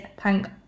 thank